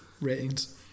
ratings